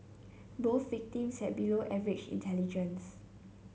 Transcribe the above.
both victims had below average intelligence